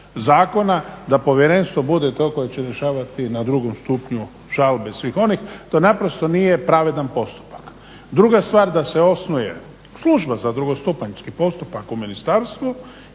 zakona da povjerenstvo bude to koje će rješavati na drugom stupnju žalbe svih onih. To nije pravedan postupak. Druga stvar da se osnuje služba za drugostupanjski postupak u Ministarstvu